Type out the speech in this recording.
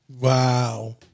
Wow